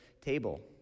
table